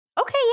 Okay